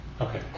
Okay